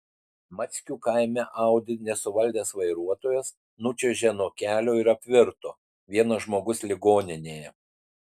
mackių kaime audi nesuvaldęs vairuotojas nučiuožė nuo kelio ir apvirto vienas žmogus ligoninėje